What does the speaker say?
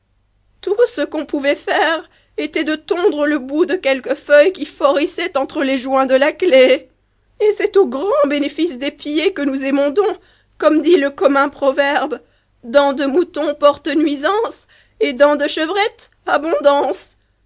tout ce qu'on pouvait faire était de tondre le bout de quelques feuilles qui for issaient entre les joints de la claie et c'est au grand bénéfice des pieds que nous émondons comme dit le commun proverbe dont de mouton porte nuisance et dent de chevrette abondance